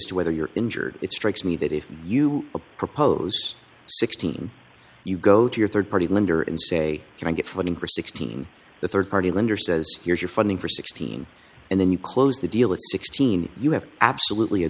as to whether you're injured it strikes me that if you oppose sixteen you go to your rd party lender and say can i get funding for sixteen the rd party lender says here's your funding for sixteen and then you close the deal at sixteen you have absolutely